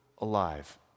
alive